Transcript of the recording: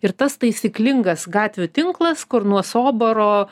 ir tas taisyklingas gatvių tinklas kur nuo soboro